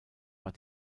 war